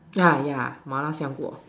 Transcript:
yeah yeah Mala 香锅